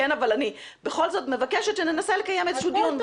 אבל בכל זאת אני מבקשת שננסה לקיים איזה שהוא דיון בלי צרחות.